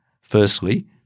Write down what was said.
firstly